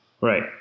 right